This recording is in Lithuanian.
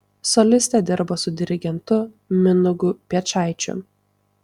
solistė dirbo su dirigentu mindaugu piečaičiu